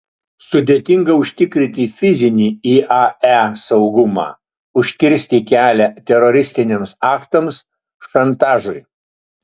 sudėtinga užtikrinti fizinį iae saugumą užkirsti kelią teroristiniams aktams šantažui